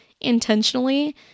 intentionally